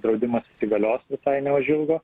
draudimas įsigalios visai neužilgo